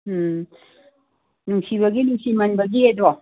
ꯎꯝ ꯅꯨꯡꯁꯤꯕꯒꯤ ꯅꯨꯡꯁꯤꯃꯟꯕꯒꯤ ꯑꯗꯣ